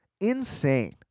Insane